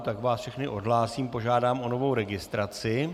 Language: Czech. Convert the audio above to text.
Tak vás všechny odhlásím, požádám o novou registraci.